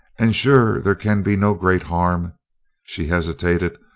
and sure there can be no great harm she hesitated.